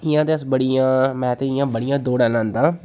इ'यां ते अस बड़िया में ते इ'यां बड़ियां दौड़ां लांदा